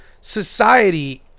society